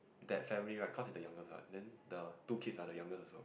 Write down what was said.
that family right cause it's the youngest what then the two kids are the youngest also